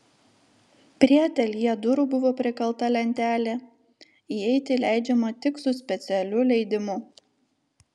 prie ateljė durų buvo prikalta lentelė įeiti leidžiama tik su specialiu leidimu